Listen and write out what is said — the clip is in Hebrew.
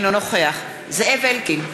אינו נוכח זאב אלקין,